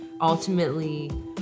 ultimately